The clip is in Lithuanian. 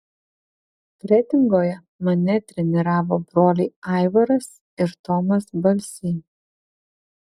kretingoje mane treniravo broliai aivaras ir tomas balsiai